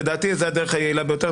לדעתי זו הדרך היעילה ביותר.